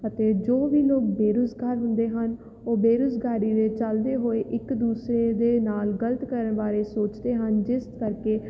ਅਤੇ ਜੋ ਵੀ ਲੋਕ ਬੇਰੁਜ਼ਗਾਰ ਹੁੰਦੇ ਹਨ ਉਹ ਬੇਰੁਜ਼ਗਾਰੀ ਦੇ ਚਲਦੇ ਹੋਏ ਇੱਕ ਦੂਸਰੇ ਦੇ ਨਾਲ ਗਲਤ ਕਰਨ ਬਾਰੇ ਸੋਚਦੇ ਹਨ ਜਿਸ ਕਰਕੇ